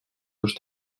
dos